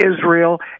Israel